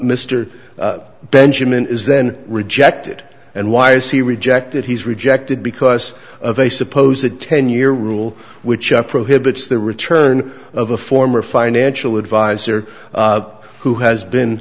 mr benjamin is then rejected and why is he rejected he's rejected because of a supposed to ten year rule which prohibits the return of a former financial advisor who has been